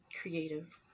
creative